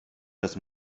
das